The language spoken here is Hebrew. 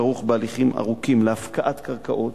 וכרוך בהליכים ארוכים להפקעת קרקעות,